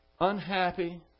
unhappy